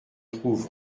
trouve